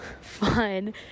fun